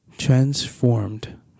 transformed